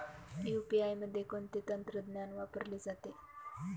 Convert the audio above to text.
UPI मध्ये कोणते तंत्रज्ञान वापरले जाते?